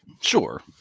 sure